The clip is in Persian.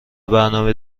برنامه